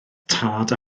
tad